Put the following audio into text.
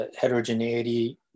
heterogeneity